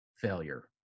failure